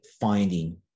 finding